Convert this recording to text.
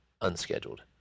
Unscheduled